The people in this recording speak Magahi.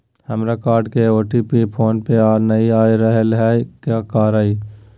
हमर कार्ड के ओ.टी.पी फोन पे नई आ रहलई हई, का करयई?